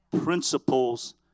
principles